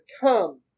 come